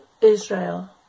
Israel